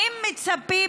האם מצפים